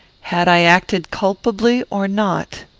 had i acted culpably or not?